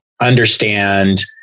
understand